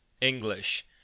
English